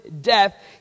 death